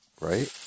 Right